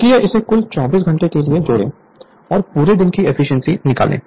इसलिए इसे कुल 24 घंटे के लिए जोड़ें और पूरे दिन की एफिशिएंसी निकालें